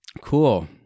cool